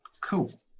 Cool